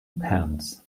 pants